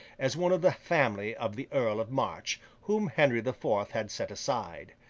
as one of the family of the earl of march, whom henry the fourth had set aside.